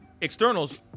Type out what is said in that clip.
Externals